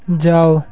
जाओ